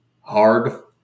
hard